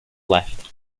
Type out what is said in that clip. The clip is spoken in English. left